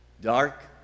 dark